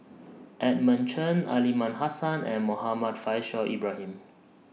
Edmund Chen Aliman Hassan and Muhammad Faishal Ibrahim